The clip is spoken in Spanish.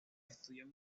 estudió